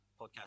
podcast